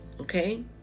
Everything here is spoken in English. Okay